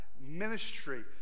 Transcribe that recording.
Ministry